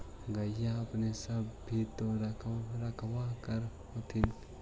गईया अपने सब भी तो रखबा कर होत्थिन?